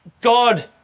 God